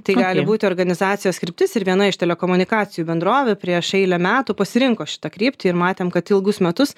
tai gali būti organizacijos kryptis ir viena iš telekomunikacijų bendrovių prieš eilę metų pasirinko šitą kryptį ir matėm kad ilgus metus